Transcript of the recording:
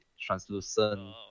translucent